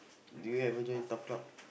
do you ever join TAF club